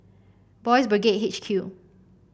Boys' Brigade H Q